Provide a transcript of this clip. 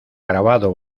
grabado